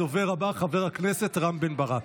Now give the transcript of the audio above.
הדובר הבא, חבר הכנסת רם בן ברק.